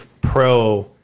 pro